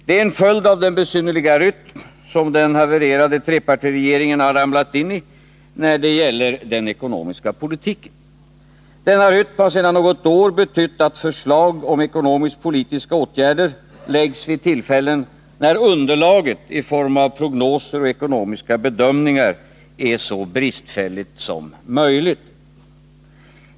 Det är en följd av den besynnerliga rytm som den havererade trepartiregeringen har ramlat in i när det gäller den ekonomiska politiken. Denna rytm har sedan något år betytt att förslag om ekonomisk-politiska åtgärder läggs fram vid tillfällen när underlaget i form av prognoser och ekonomiska bedömningar är så bristfälligt som möjligt.